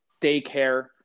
daycare